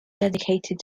dedicated